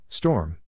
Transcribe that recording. Storm